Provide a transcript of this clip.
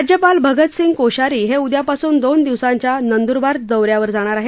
राज्यपाल भगतसिंग कोश्यारी हे उद्यापासून शोन शिवसांच्या नंप्रबार शोन्यावर जाणार आहे